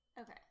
Okay